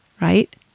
right